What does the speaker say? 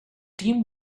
team